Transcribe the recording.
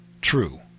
true